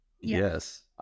Yes